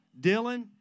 Dylan